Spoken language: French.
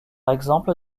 exemple